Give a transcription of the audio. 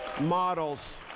Models